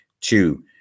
two